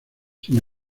sin